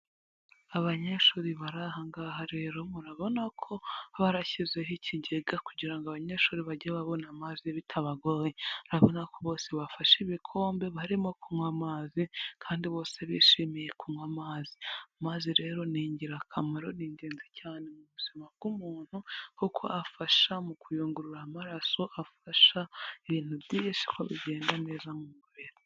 Abanyeshuri barahangaha rero murabona ko barashyizeho ikigega kugira ngo abanyeshuri bajye babona amazi bitabagoye urabona ko bose bafashe ibikombe barimo kunywa amazi kandi bose bishimiye kunywa. Amazi maze rero ni ingirakamaro ni ingenzi cyane mu buzima bw'umuntu kuko afasha mu kuyungurura amaraso afasha ibintu by byinshi ko bigenda neza mu mubiri.